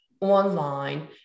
online